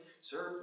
serve